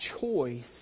choice